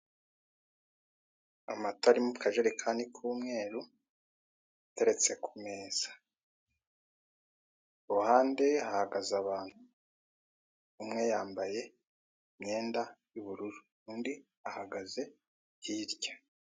Amata ari mu kajerekani k'umweru ateretse ku meza, ku ruhande hahagaze abantu umwe yambaye imyenda y'ubururu undi ahagaze hirya.